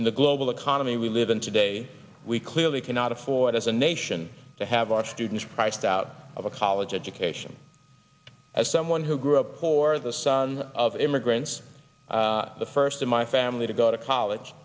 in the global economy we live in today we clearly cannot afford as a nation to have our students priced out of a college education as someone who grew up poor the son of immigrants the first in my family to go to college